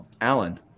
Alan